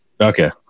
Okay